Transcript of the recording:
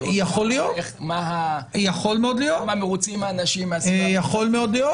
לראות כמה מרוצים --- יכול מאוד להיות.